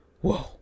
whoa